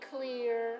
clear